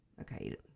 Okay